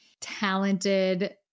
Talented